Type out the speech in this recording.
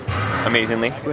Amazingly